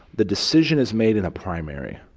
the decision is made in a primary.